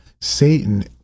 Satan